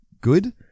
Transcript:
good